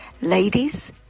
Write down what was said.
Ladies